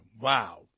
wow